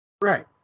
Right